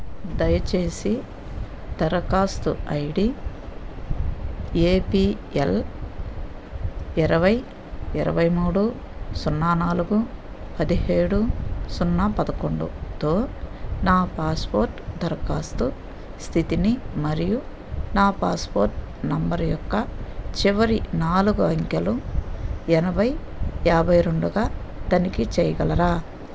దయచేసి దరఖాస్తు I D A P L ఇరవై ఇరవై మూడు సున్నా నాలుగు పదిహేడు సున్నా పదకొండుతో నా పాస్పోర్ట్ దరఖాస్తు స్థితిని మరియు నా పాస్పోర్ట్ నెంబర్ యొక్క చివరి నాలుగు అంకెలు ఎనభై యాభై రెండుగా తనిఖీ చేయగలరా